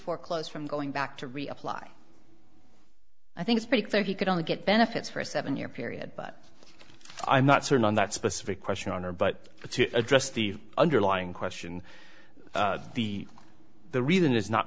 foreclose from going back to reapply i think it's pretty clear he could only get benefits for a seven year period but i'm not certain on that specific question honor but to address the underlying question the the reason is not